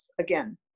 again